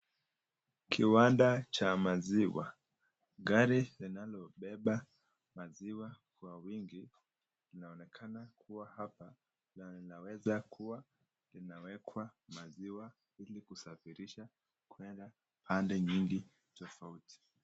Kiwanda cha maziwa. Gari linalo beba maziwa kwa wingi , linaonekana kuwa hapa na linaweza kuwa limewekwa maziwa ili kusafirisha kuenda pande nyingi tofauti.